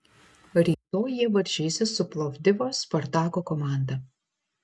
rytoj jie varžysis su plovdivo spartako komanda